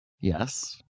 Yes